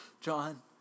John